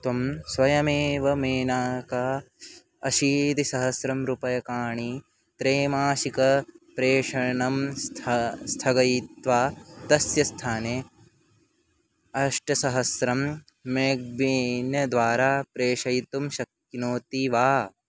त्वं स्वयमेव मेनाका अशीतिसहस्रं रूप्यकाणि त्रैमासिकप्रेषणं स्थ स्थगयित्वा तस्य स्थाने अष्टसहस्रं मेग्बीन् द्वारा प्रेषयितुं शक्नोति वा